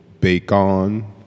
bacon